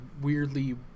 weirdly